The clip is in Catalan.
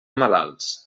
malalts